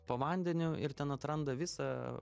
po vandeniu ir ten atranda visą